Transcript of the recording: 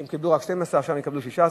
שהיו מקבלים רק 12 ועכשיו הם יקבלו 16 קוב.